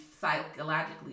psychologically